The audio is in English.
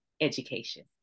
education